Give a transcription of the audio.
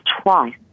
twice